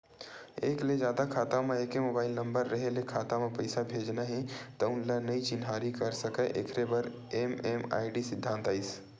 एक ले जादा खाता म एके मोबाइल नंबर रेहे ले खाता म पइसा भेजना हे तउन ल नइ चिन्हारी कर सकय एखरे बर एम.एम.आई.डी सिद्धांत आइस